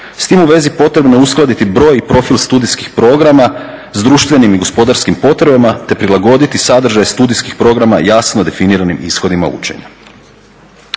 S tim u vezi potrebno je uskladiti broj i profil studijskih programa s društvenim i gospodarskim potrebama te prilagoditi sadržaj studijskih programa jasno definiranim ishodima učenja.